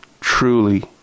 truly